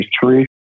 three